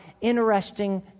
interesting